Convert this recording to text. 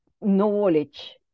knowledge